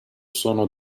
sono